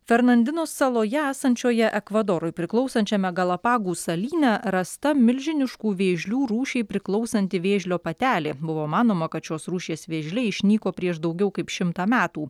fernandino saloje esančioje ekvadorui priklausančiame galapagų salyne rasta milžiniškų vėžlių rūšiai priklausanti vėžlio patelė buvo manoma kad šios rūšies vėžliai išnyko prieš daugiau kaip šimtą metų